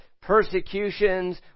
persecutions